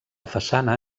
façana